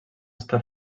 està